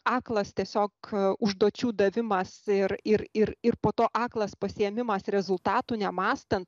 aklas tiesiog užduočių davimas ir ir ir ir po to aklas pasiėmimas rezultatų nemąstant